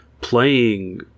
playing